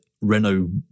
Renault